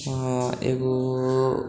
एगो